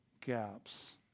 gaps